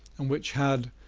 and which had,